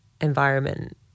environment